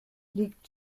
liegt